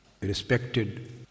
Respected